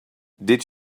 did